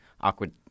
Awkward